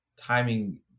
timing